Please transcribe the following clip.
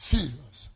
Serious